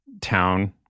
town